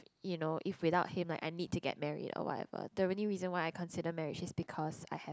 you know if without him like I need to get married or whatever the only reason why I consider marriage just because I have